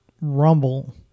rumble